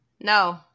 No